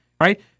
Right